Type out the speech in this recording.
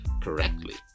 correctly